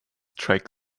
track